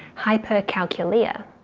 hypercalculia.